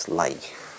life